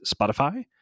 Spotify